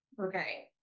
okay